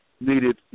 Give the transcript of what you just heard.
needed